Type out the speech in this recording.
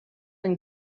and